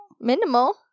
Minimal